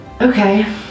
Okay